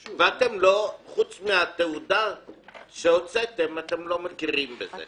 וחוץ מהתעודה שהוצאתם אתם לא מכירים בזה.